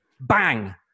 Bang